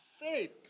faith